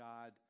God